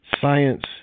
science